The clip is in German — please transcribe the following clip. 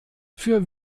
für